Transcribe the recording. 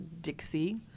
Dixie